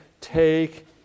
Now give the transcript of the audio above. take